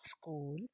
school